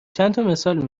چندتامثال